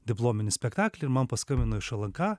diplominį spektaklį ir man paskambino iš lnk